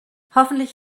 hoffentlich